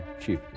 chief